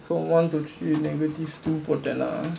so one to three negative two போட்டேனா:pottaenaa